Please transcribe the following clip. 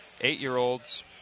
eight-year-olds